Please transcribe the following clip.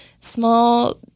small